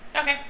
Okay